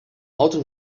auto